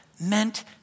meant